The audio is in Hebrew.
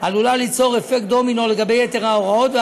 עלול ליצור אפקט דומינו לגבי יתר ההוראות,